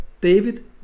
David